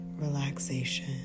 relaxation